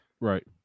Right